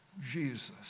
Jesus